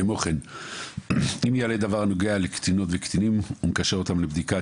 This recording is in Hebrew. כמו כן אם יעלה דבר הנוגע לקטינות וקטינים ומקשר אותם לבדיקה,